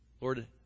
Lord